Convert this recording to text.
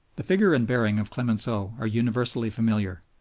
the figure and bearing of clemenceau are universally familiar.